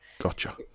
Gotcha